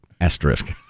asterisk